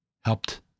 helped